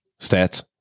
Stats